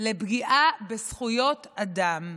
לפגיעה בזכויות אדם.